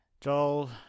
Joel